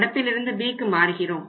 நடப்பில் இருந்து Bக்கு மாறுகிறோம்